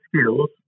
skills